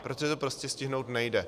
Protože to prostě stihnout nejde.